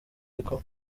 ariko